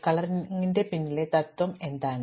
ഇപ്പോൾ ഈ കളറിംഗിന് പിന്നിലെ തത്വം എന്താണ്